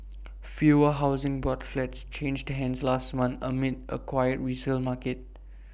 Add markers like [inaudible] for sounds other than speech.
[noise] fewer Housing Board flats changed hands last month amid A quiet resale market